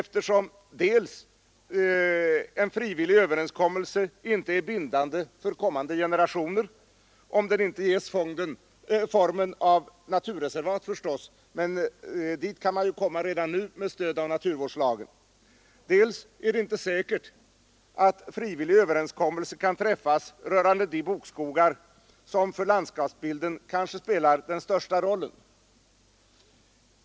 Dels är inte en frivillig överenskommelse bindande för kommande generationer, om den inte ges formen av naturreservat förstås, men dit kan man komma redan nu med stöd av naturvårdslagen, dels är det inte säkert att frivillig överenskommelse kan träffas rörande de bokskogar som för landskapsbilden kanske spelar den största rollen.